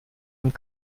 und